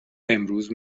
امروز